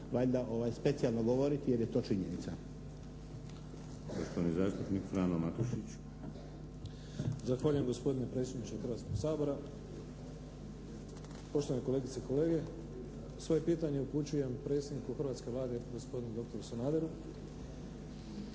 valjda specijalno govoriti jer je to činjenica.